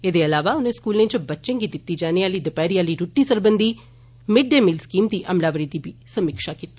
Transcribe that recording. एदे इलावा उनें स्कूलें च बच्चें गी दिती जाने आली दपैहरी आली रुट्टी सरबंधी मिड डे मील स्कीम दी अमलावरी दी बी समीक्षा कीती